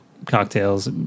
cocktails